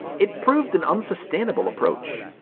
it proved an unsustainable approach.